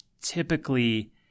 typically